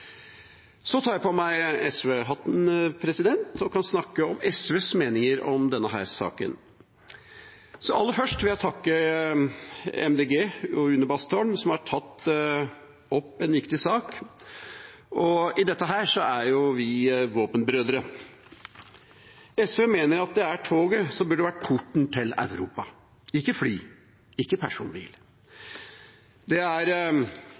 Så tar jeg på meg SV-hatten og kan snakke om SVs meninger om denne saken. Aller først vil jeg takke Miljøpartiet De Grønne og Une Bastholm, som har tatt opp en viktig sak. I dette er vi våpenbrødre. SV mener at det er toget som burde vært porten til Europa, ikke fly eller personbil. Det er